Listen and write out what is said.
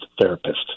therapist